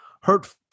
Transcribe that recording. hurtful